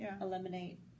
eliminate